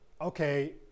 okay